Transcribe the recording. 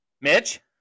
Mitch